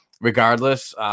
regardless –